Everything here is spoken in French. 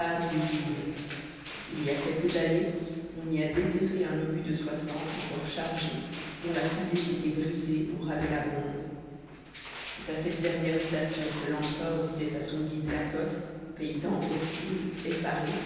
il y a quelques années on y a déterré un obus de soixante encore chargé dont la fusée s'était brisée au ras de la bombe c'est à cette dernière station que l'empereur disait à son guide lacoste paysan hostile effaré